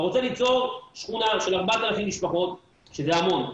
אתה רוצה ליצור שכונה של 4,000 משפחות, שזה המון,